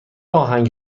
آهنگ